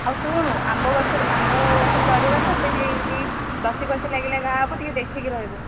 ଆଉ ଶୁଣୁ ଆମ୍ବ ଗଛରେ ଆମ୍ବ ଗଛରେ ଚଢିବା ତ ସେଇଠି ଯଦି ନସିଫସି ଲାଗିଲେ ଘା ହେବ ଟିକେ ଦେଖିକି ରହିବୁ